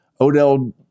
Odell